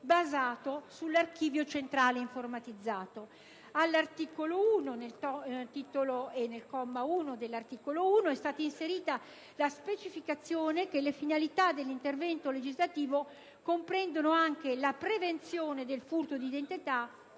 basato sull'archivio centrale informatizzato. Nel titolo e nel comma 1 dell'articolo 1 è stata inserita la specificazione che le finalità dell'intervento legislativo comprendono anche la prevenzione del furto d'identità